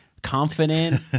confident